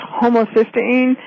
homocysteine